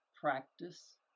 practice